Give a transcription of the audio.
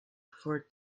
for